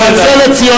בנפרד.